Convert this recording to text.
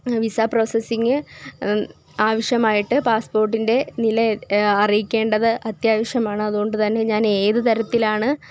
visa processing ആവശ്യമായിട്ട് പാസ്സ്പോർട്ടിൻ്റെ നില അറിയിക്കേണ്ടത് അത്യാവശ്യമാണ് അതുകൊണ്ടുതന്നെ ഞാൻ ഏത് തരത്തിലാണ്